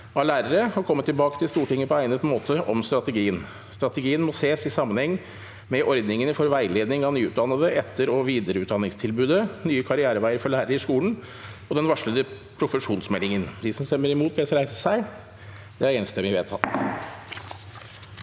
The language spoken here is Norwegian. av lærere og komme tilbake til Stortinget på egnet måte om strategien. Strategien må sees i sammenheng med ordningene for veiledning av nyutdannede, etter- og videreutdanningstilbudet, nye karriereveier for lærere i skolen og den varslede profesjonsmeldingen. V o t e r i n g : Komiteens innstilling